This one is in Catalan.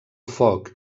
foc